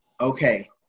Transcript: okay